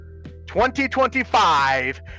2025